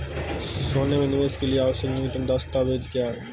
सोने में निवेश के लिए आवश्यक न्यूनतम दस्तावेज़ क्या हैं?